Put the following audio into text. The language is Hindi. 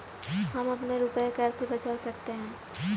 हम अपने रुपये कैसे बचा सकते हैं?